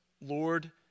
Lord